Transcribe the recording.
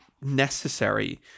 necessary